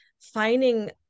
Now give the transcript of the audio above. finding